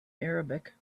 arabic